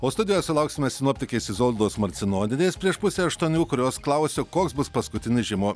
o studijoj sulauksime sinoptikės izoldos marcinonienės prieš pusę aštuonių kurios klausiu koks bus paskutinis žiemo